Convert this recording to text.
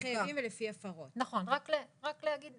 רק לחדד